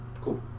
Cool